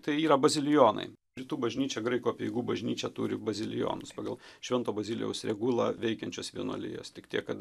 tai yra bazilijonai rytų bažnyčia graikų apeigų bažnyčia turi bazilijonus pagal švento bazilijaus regulą veikiančias vienuolijas tik tiek kad